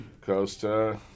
Costa